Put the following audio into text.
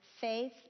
faith